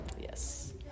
Yes